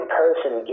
person